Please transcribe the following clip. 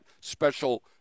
special